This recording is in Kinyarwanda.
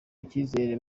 icyizere